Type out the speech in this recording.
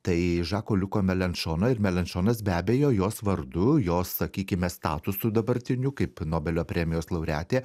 tai žako liuko melen šono ir melen šonas be abejo jos vardu jos sakykime statusu dabartiniu kaip nobelio premijos laureatė